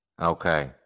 Okay